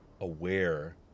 aware